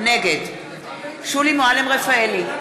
נגד שולי מועלם-רפאלי,